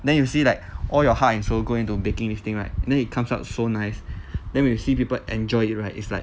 then you see like all your heart and soul go into baking this thing right then it comes out so nice then we see people enjoy it right is like